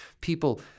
people